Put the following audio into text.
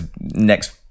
next